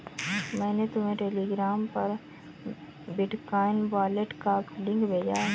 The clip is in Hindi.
मैंने तुम्हें टेलीग्राम पर बिटकॉइन वॉलेट का लिंक भेजा है